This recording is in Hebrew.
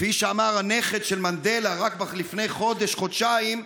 כפי שאמר הנכד של מנדלה רק לפני חודש-חודשיים: